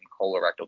colorectal